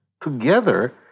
together